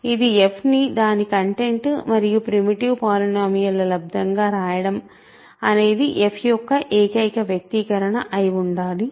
ఇది f ని దాని కంటెంట్ మరియు ప్రీమిటివ్ పాలినోమియల్ ల లబ్దం గా రాయడం అనేది f యొక్క ఏకైక వ్యక్తీకరణ అయి ఉండాలి